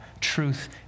truth